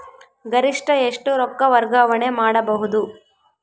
ಗರಿಷ್ಠ ಎಷ್ಟು ರೊಕ್ಕ ವರ್ಗಾವಣೆ ಮಾಡಬಹುದು?